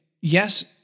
Yes